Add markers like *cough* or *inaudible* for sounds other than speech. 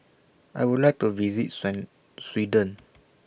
I Would like to visit *unintelligible* Sweden